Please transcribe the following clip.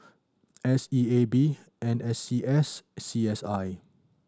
S E A B N S C S C S I